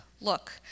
look